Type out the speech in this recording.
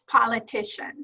politician